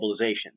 globalization